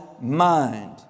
mind